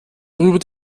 darüber